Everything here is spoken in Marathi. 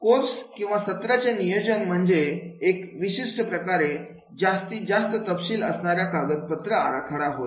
कोर्स किंवा सत्रांचे नियोजन म्हणजे एक विशिष्ट प्रकारे जास्त तपशील असलेले आराखडा कागदपत्र होय